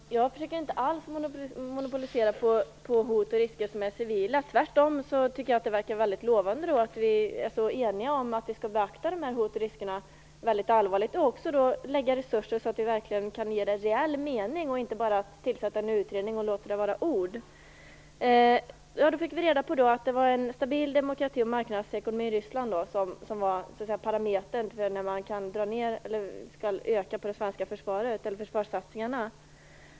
Fru talman! Jag försöker inte alls att monopolisera utredandet av civila hot och risker. Tvärtom tycker jag att det verkar väldigt lovande att vi är så eniga om att vi skall beakta hoten och riskerna väldigt allvarligt och lägga resurser så att vi kan ge arbetet en reell mening, och inte bara tillsätta en utredning och låta det hela stanna vid bara ord. Så fick vi reda på att det var en stabil demokrati och marknadsekonomi i Ryssland som var parametern för när man kan dra ned eller öka de svenska försvarssatsningarna.